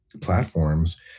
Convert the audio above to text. platforms